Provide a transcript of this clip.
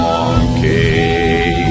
Monkey